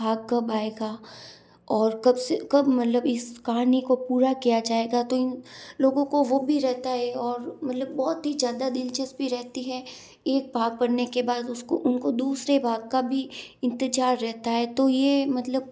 भाग कब आएगा और कब से कब मतलब इस कहानी को पूरा किया जाएगा तो इन लोगों को वो भी रहता है और मतलब बहुत ही ज़्यादा दिलचस्पी रहती है एक भाग पढ़ने के बाद उसको उनको दूसरे भाग का भी इंतजार रहता है तो यह मतलब